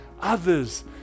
others